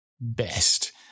best